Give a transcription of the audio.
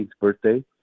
birthday